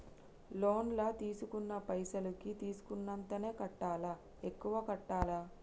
Loan లా తీస్కున్న పైసల్ కి తీస్కున్నంతనే కట్టాలా? ఎక్కువ కట్టాలా?